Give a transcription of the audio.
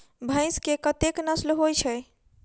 भैंस केँ कतेक नस्ल होइ छै?